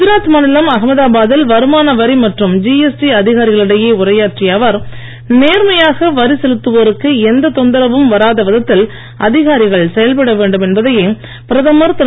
குஜராத் மாநிலம் அகமதாபாத்தில் வருமான வரி மற்றும் ஜிஎஸ்டி அதிகாரிகளிடையே உரையாற்றிய அவர் நேர்மையாக வரி செலுத்துவோருக்கு எந்த தொந்தரவும் வராத விதத்தில் அதிகாரிகள் செயல்பட வேண்டும் என்பதையே பிரதமர் திரு